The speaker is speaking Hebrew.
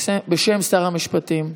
בשם שר המשפטים.